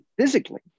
physically